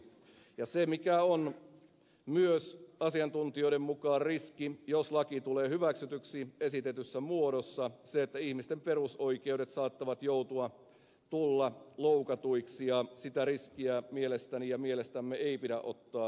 ja se mikä on myös asiantuntijoiden mukaan riski jos laki tulee hyväksytyksi esitetyssä muodossa on se että ihmisten perusoikeudet saattavat tulla loukatuiksi ja sitä riskiä mielestäni ja mielestämme ei pidä ottaa